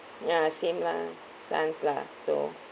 ya same lah sons lah so